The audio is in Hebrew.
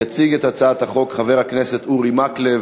יציג את הצעת החוק חבר הכנסת אורי מקלב,